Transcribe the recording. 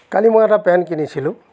কালি মই এটা পেন্ট কিনিছিলোঁ